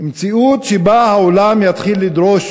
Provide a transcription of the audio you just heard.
מציאות שבה העולם יתחיל לדרוש